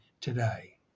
today